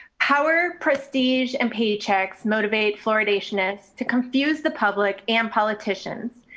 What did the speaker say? how are prestige and paychex motivate fluoridation is to confuse the public and politicians.